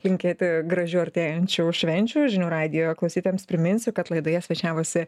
linkėti gražių artėjančių švenčių žinių radijo klausytojams priminsiu kad laidoje svečiavosi